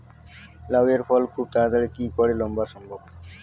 লাউ এর ফল খুব তাড়াতাড়ি কি করে ফলা সম্ভব?